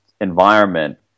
environment